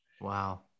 Wow